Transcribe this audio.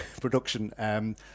production